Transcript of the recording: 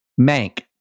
Mank